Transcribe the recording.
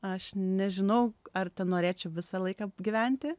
aš nežinau ar norėčiau visą laiką gyventi